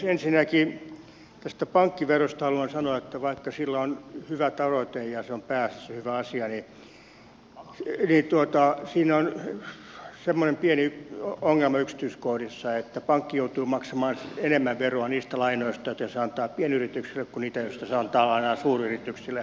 ensinnäkin tästä pankkiverosta haluan sanoa että vaikka sillä on hyvä tavoite ja se on pääasiassa hyvä asia niin siinä on semmoinen pieni ongelma yksityiskohdissa että pankki joutuu maksamaan enemmän veroa niistä lainoista joita se antaa pienyrityksille kuin niistä joita se antaa suuryrityksille